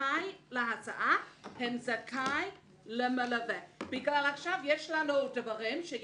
זכאי להסעה, הוא זכאי למלווה כי עכשיו קורה שיש